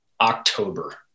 October